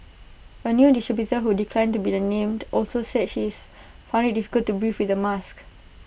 A new distributor who declined to be named also said she's found IT difficult to breathe with the mask